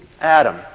Adam